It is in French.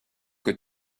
que